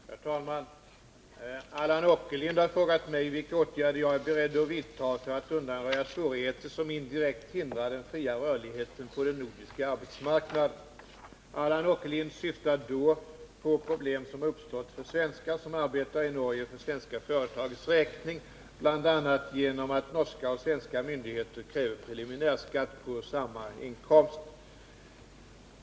Herr talman! Allan Åkerlind har frågat mig vilka åtgärder jag är beredd vidta för att undanröja svårigheter som indirekt hindrar den fria rörligheten på den nordiska arbetsmarknaden. Allan Åkerlind syftar då på problem som har uppstått för svenskar som arbetar i Norge för svenska företags räkning, bl.a. på grund av att norska och svenska myndigheter kräver preliminärskatt på samma inkomst.